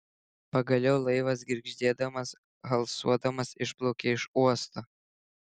pagaliau laivas girgždėdamas halsuodamas išplaukė iš uosto